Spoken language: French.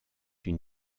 une